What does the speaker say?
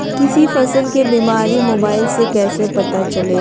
किसी फसल के बीमारी मोबाइल से कैसे पता चलेगा?